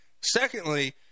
secondly